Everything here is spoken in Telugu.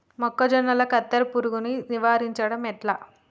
మొక్కజొన్నల కత్తెర పురుగుని నివారించడం ఎట్లా?